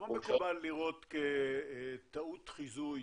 כמה מקובל לראות כטעות חיזוי